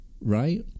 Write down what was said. right